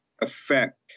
affect